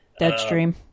Deadstream